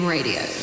Radio